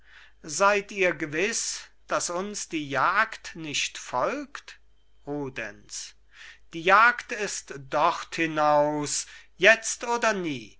seid ihr gewiss dass uns die jagd nicht folgt rudenz die jagd ist dort hinaus jetzt oder nie